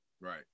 Right